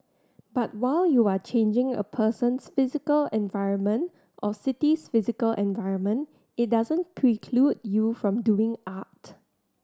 but while you are changing a person's physical environment or city's physical environment it doesn't preclude you from doing art